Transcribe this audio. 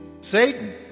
Satan